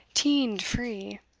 teind-free,